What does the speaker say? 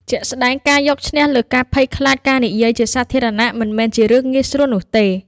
ជាក់ស្តែងការយកឈ្នះលើការភ័យខ្លាចការនិយាយជាសាធារណៈមិនមែនជារឿងងាយស្រួលនោះទេ។